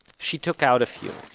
she took out a few,